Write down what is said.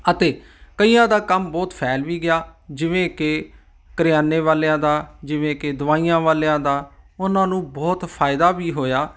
ਅਤੇ ਕਈਆਂ ਦਾ ਕੰਮ ਬਹੁਤ ਫੈਲ ਵੀ ਗਿਆ ਜਿਵੇਂ ਕਿ ਕਰਿਆਨੇ ਵਾਲਿਆਂ ਦਾ ਜਿਵੇਂ ਕਿ ਦਵਾਈਆਂ ਵਾਲਿਆਂ ਦਾ ਉਹਨਾਂ ਨੂੰ ਬਹੁਤ ਫ਼ਾਇਦਾ ਵੀ ਹੋਇਆ